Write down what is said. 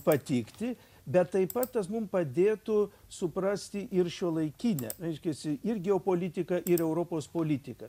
patikti bet taip pat tas mum padėtų suprasti ir šiuolaikinę reiškiasi ir geopolitiką ir europos politiką